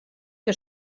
que